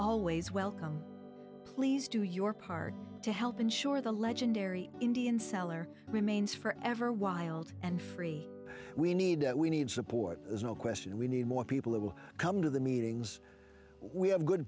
always welcome please do your part to help ensure the legendary indian seller remains forever wild and free we need that we need support there's no question we need more people who will come to the meetings we have good